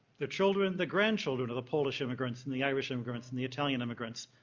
the children the grandchildren of the polish immigrants, and the irish immigrants, and the italian immigrants.